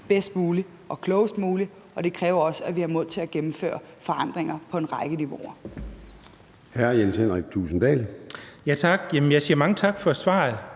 bedst muligt og klogest muligt, og det kræver også, at vi har mod til at gennemføre forandringer på en række niveauer.